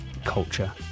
culture